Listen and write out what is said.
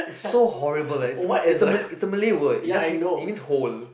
is so horrible eh it's a m~ it's a m~ it's a Malay word it just means it means hole